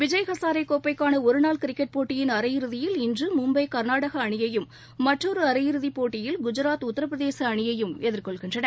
விஜய்அசாரேகோப்பைக்கானஒருநாள் cricket போட்டியின் அரையிறுதியில் இன்றுமும்பைகர்நாடகஅணியையும் மற்றொருஅரையிறுதிபோட்டியில் குஜாத் உத்தரப்பிரதேசஅணியையும் எதிர்கொள்கின்றன